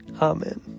Amen